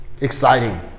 Exciting